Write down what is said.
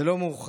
זה לא מאוחר.